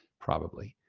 probably.